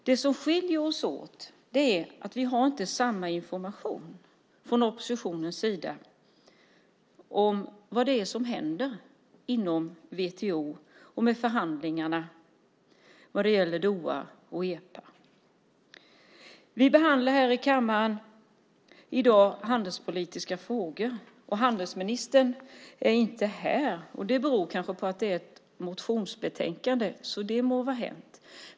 Det som skiljer oss åt är att vi från oppositionens sida inte har samma information om vad det är som händer inom WTO och med förhandlingarna vad gäller Doha och EPA. Vi behandlar här i kammaren i dag handelspolitiska frågor, och handelsministern är inte här. Det beror kanske på att det är ett motionsbetänkande, så det må vara hänt.